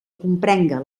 comprenga